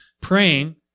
praying